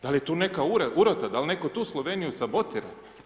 Dal je tu neka urota, dal netko tu Sloveniju sabotira?